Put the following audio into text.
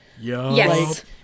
yes